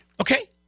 okay